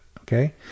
okay